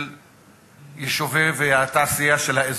של היישובים והתעשייה של האזור.